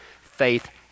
faith